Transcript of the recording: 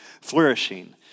flourishing